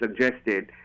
suggested